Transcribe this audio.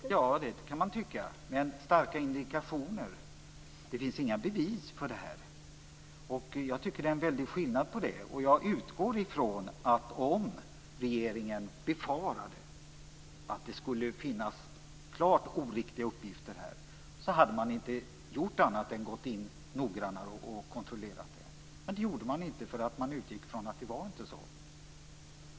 Fru talman! Det kan man tycka. Helena Bargholtz talade om starka indikationer, men det finns inga bevis för detta. Jag tycker att det är en väldig skillnad. Jag utgår ifrån att regeringen hade kontrollerat noggrannare om man hade befarat att det fanns klart oriktiga uppgifter. Men det gjorde man inte, för man utgick från att det inte var så.